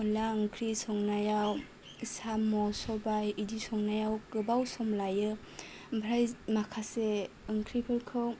अनला ओंख्रि संनायाव साम' सबाय इदि संनायाव गोबाव सम लायो ओमफ्राय माखासे ओंख्रिफोरखौ